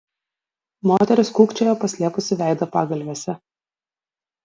moteris kūkčiojo paslėpusi veidą pagalvėse